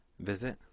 visit